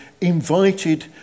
invited